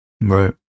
Right